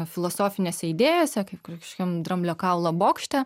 filosofinėse idėjose kaip kažkokiam dramblio kaulo bokšte